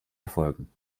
erfolgen